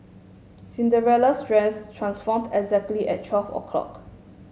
Cinderella's dress transformed exactly at twelve o'clock